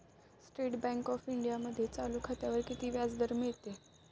State Bank of इंडियामध्ये चालू खात्यावर किती व्याज मिळते?